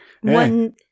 One